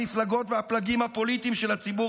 המפלגות והפלגים הפוליטיים של הציבור